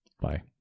bye